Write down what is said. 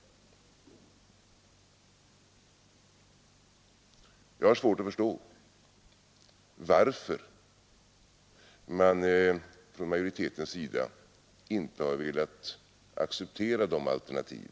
Jag har svårt att förstå varför majoriteten inte har velat acceptera dessa alternativ.